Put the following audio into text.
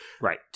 right